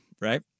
right